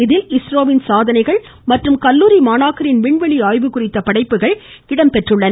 இதில் இஸ்ரோவின் சாதனைகள் மற்றும் கல்லூரி மாணாக்கரின் விண்வெளி ஆய்வு குறித்த படைப்புகள் இடம்பெற்றுள்ளன